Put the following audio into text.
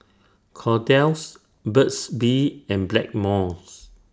Kordel's Burt's Bee and Blackmores